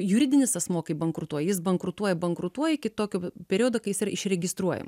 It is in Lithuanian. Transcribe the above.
juridinis asmuo kai bankrutuoja jis bankrutuoja bankrutuoja iki tokio periodo kai jis yra išregistruojam